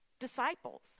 Disciples